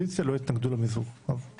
שעה) (הצבת יוצאי צבא בשירות בתי הסוהר) (תיקון מס' 9),